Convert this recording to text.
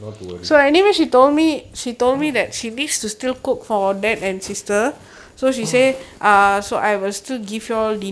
no to worry